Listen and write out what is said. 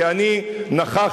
כי אני נכחתי,